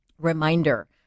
Reminder